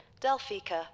Delphica